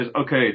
Okay